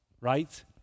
right